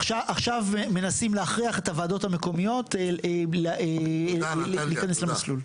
עכשיו מנסים להכריח את הוועדות המקומית להיכנס למסלול.